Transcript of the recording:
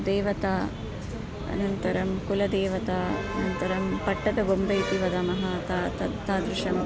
देवता अनन्तरं कुलदेवता अनन्तरं पट्टदगोम्ब इति वदामः ता तत् तादृशं